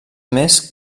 més